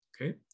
Okay